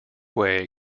way